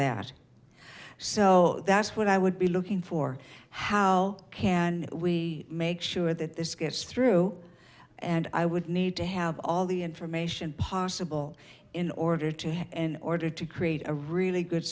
that so that's what i would be looking for how can we make sure that this gets through and i would need to have all the information possible in order to have an order to create a really good